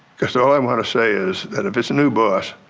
because all i want to say is that if his new boss,